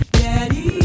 daddy